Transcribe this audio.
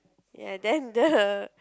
ya then the